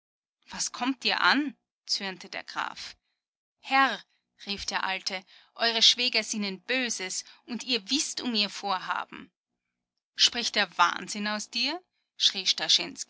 was kommt dir an zürnte der graf herr rief der alte eure schwäger sinnen böses und ihr wißt um ihr vorhaben spricht der wahnsinn aus dir